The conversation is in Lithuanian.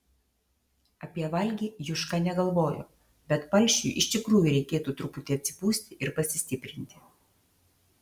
apie valgį juška negalvojo bet palšiui iš tikrųjų reikėtų truputį atsipūsti ir pasistiprinti